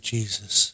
Jesus